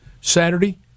Saturday